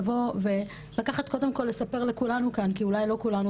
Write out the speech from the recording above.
לבוא וקודם כול לספר לכולנו כאן כי אולי לא כולנו